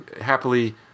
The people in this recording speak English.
happily